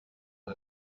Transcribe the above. على